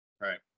Right